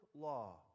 law